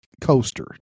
coaster